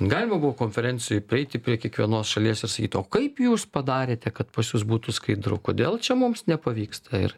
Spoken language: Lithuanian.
galima buvo konferencijoj prieiti prie kiekvienos šalies ir sakyt o kaip jūs padarėte kad pas jus būtų skaidru kodėl čia mums nepavyksta ir